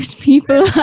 people